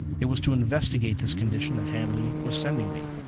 it was to investigate this condition that hanley was sending me.